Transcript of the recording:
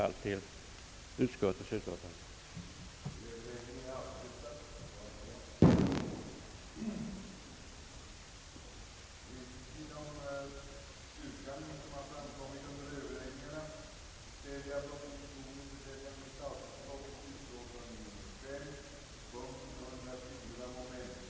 anslag av 6 842 000 kronor, samt b) att riksdagen skulle uttala sig för att specialinspektionerna borde underställas arbetarskyddsstyrelsen och att yrkesinspektionens organisation med hänsyn härtill borde bliva föremål för närmare översyn.